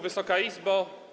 Wysoka Izbo!